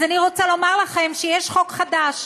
אז אני רוצה לומר לכם שיש חוק חדש,